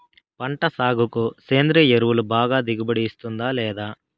పంట సాగుకు సేంద్రియ ఎరువు బాగా దిగుబడి ఇస్తుందా లేదా